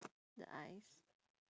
the eyes